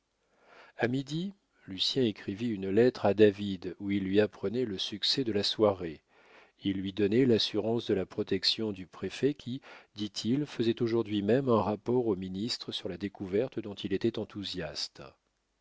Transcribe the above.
a midi lucien écrivit une lettre à david où il lui apprenait le succès de la soirée il lui donnait l'assurance de la protection du préfet qui dit-il faisait aujourd'hui même un rapport au ministre sur la découverte dont il était enthousiaste